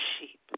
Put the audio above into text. sheep